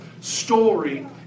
story